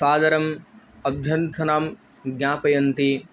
सादरम् अभ्यन्तरं ज्ञापयन्ति